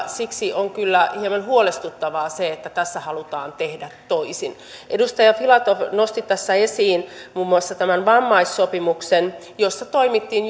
siksi on kyllä hieman huolestuttavaa että tässä halutaan tehdä toisin edustaja filatov nosti tässä esiin muun muassa tämän vammaissopimuksen jossa toimittiin